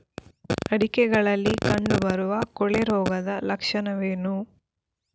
ಅಡಿಕೆಗಳಲ್ಲಿ ಕಂಡುಬರುವ ಕೊಳೆ ರೋಗದ ಲಕ್ಷಣವೇನು?